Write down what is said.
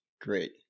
Great